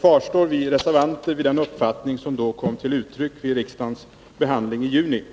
kvarstår vi reservanter vid den uppfattning som kom till uttryck vid riksdagens behandling i juni.